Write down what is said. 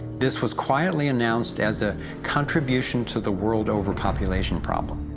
this was quietly announced as a contribution to the world overpopulation problem.